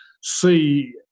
see